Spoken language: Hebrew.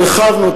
הרחבנו,